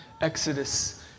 Exodus